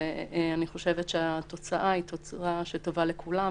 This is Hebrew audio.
ואני חושבת שהתוצאה היא תוצאה שטובה לכולם,